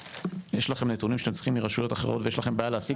ככל שיש לכם נתונים שאתם צריכים מרשויות אחרות ויש לכם בעיה להשיג,